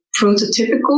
prototypical